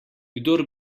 kdor